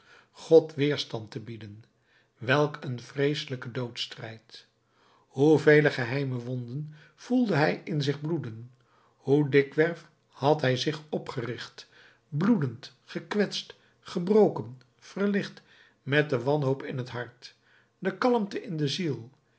god weerstand te bieden welk een vreeselijke doodsstrijd hoevele geheime wonden voelde hij in zich bloeden hoe dikwerf had hij zich opgericht bloedend gekwetst gebroken verlicht met de wanhoop in het hart de kalmte in de ziel